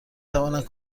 تواند